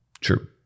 true